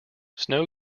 snow